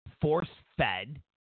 force-fed